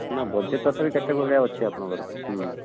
ନା ବଜେଟ୍ ତଥାପି କେତେ ଭଳିଆ ଅଛି ଆପଣଙ୍କର